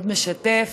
מאוד משתף,